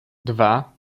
dwa